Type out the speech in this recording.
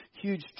huge